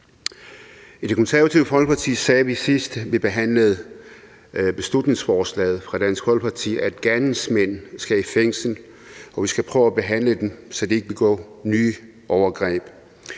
I Det Konservative Folkeparti sagde vi, sidst vi behandlede beslutningsforslaget fra Dansk Folkeparti, at gerningsmænd skal i fængsel, og at vi skal prøve at behandle dem, så de ikke begår nye overgreb;